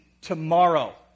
tomorrow